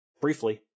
Briefly